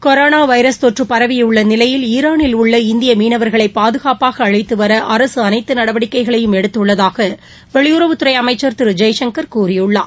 corona virus தொற்று பரவியுள்ள நிலையில் ஈரானிலுள்ள இந்திய மீனவர்களை பாதுகாப்பாக அளழத்து வர அரசு அளைத்து நடவடிக்கைகளையும் எடுத்துள்ளதாக வெளியுறவுத்துறை அமைச்சர் திரு ஜெய்சங்கர் கூறியுள்ளார்